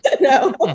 No